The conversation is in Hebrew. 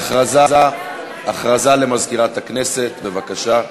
הודעה למזכירת הכנסת, בבקשה.